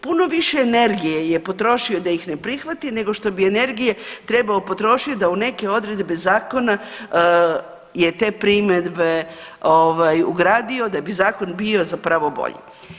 Puno više energije je potrošio da ih ne prihvati nego što bi energije trebao potrošit da u neke odredbe zakona je te primjedbe ovaj ugradio da bi zakon bio zapravo bolji.